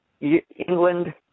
England